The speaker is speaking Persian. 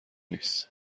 نیست